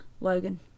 Logan